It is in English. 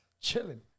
Chilling